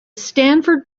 stanford